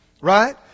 Right